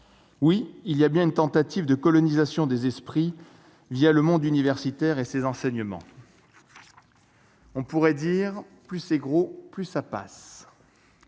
oui il y a bien une tentative de colonisation des esprits via le monde universitaire et ses enseignements, on pourrait dire, plus c'est gros plus ça passe,